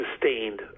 sustained